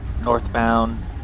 northbound